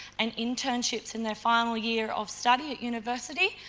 and internships in their final year of study at university,